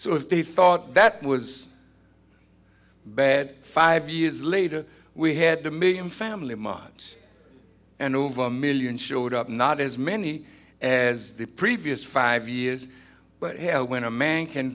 so if they thought that was bad five years later we had a million family mobs and over a million showed up not as many as the previous five years but hell when a man can